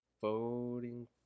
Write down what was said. Voting